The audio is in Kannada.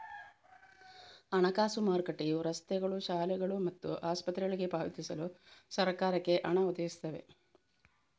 ಹಣಕಾಸು ಮಾರುಕಟ್ಟೆಯು ರಸ್ತೆಗಳು, ಶಾಲೆಗಳು ಮತ್ತು ಆಸ್ಪತ್ರೆಗಳಿಗೆ ಪಾವತಿಸಲು ಸರಕಾರಕ್ಕೆ ಹಣ ಒದಗಿಸ್ತವೆ